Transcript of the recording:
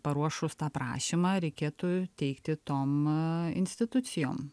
paruošus tą prašymą reikėtų teikti tom institucijom